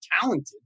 talented